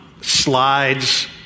slides